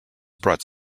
brought